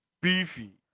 beefy